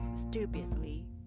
stupidly